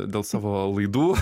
dėl savo laidų